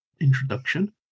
introduction